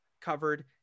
covered